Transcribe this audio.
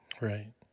Right